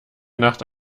nacht